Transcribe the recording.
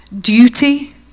duty